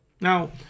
Now